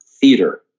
theater